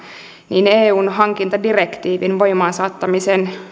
niin eun hankintadirektiivin voimaan saattamisen